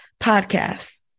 podcast